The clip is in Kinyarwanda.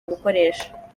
gukoresha